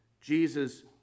Jesus